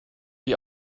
die